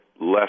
less